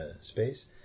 space